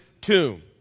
tomb